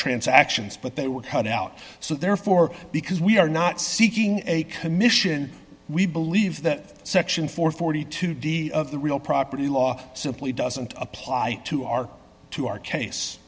transactions but they were held out so therefore because we are not seeking a commission we believe that section four hundred and forty two d of the real property law simply doesn't apply to our to our case